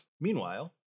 Meanwhile